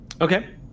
Okay